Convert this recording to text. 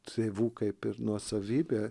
tėvų kaip ir nuosavybė